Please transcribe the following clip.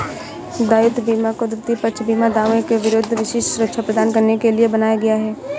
दायित्व बीमा को तृतीय पक्ष बीमा दावों के विरुद्ध विशिष्ट सुरक्षा प्रदान करने के लिए बनाया गया है